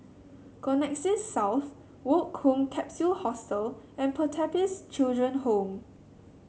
Connexis South Woke Home Capsule Hostel and Pertapis Children Home